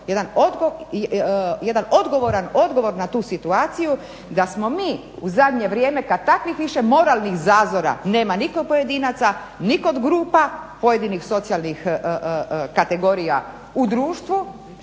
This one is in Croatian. je odgovor na tu situaciju da smo mi u zadnje vrijeme kada takvih više moralnih zazora nema nitko od pojedinca, nitko od grupa pojedinih socijalnih kategorija u društvu,